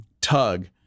tug